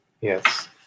yes